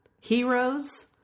heroes